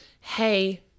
hey